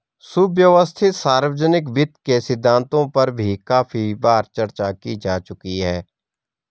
सुव्यवस्थित सार्वजनिक वित्त के सिद्धांतों पर भी काफी बार चर्चा की जा चुकी है